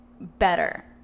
Better